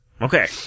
Okay